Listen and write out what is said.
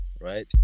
right